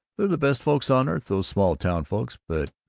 they're the best folks on earth, those small-town folks, but,